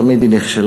תמיד היא נכשלה,